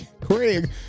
Craig